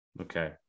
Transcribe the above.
Okay